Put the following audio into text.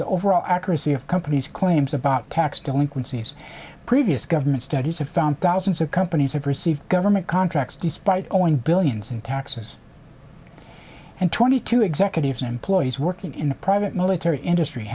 the overall accuracy of company's claims about tax delinquencies previous government studies have found thousands of companies or perceived government contracts despite owing billions in taxes and twenty two executives employees working in the private military industry